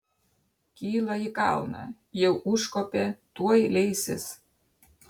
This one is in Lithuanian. kyla į kalną jau užkopė tuoj leisis